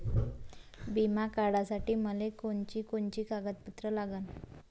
बिमा काढासाठी मले कोनची कोनची कागदपत्र लागन?